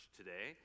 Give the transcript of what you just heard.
today